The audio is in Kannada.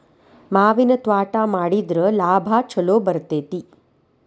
ಮಾವಿನ ತ್ವಾಟಾ ಮಾಡಿದ್ರ ಲಾಭಾ ಛಲೋ ಬರ್ತೈತಿ